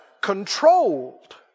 Controlled